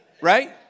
right